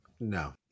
No